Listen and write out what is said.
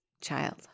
child